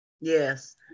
Yes